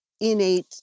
innate